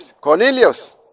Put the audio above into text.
Cornelius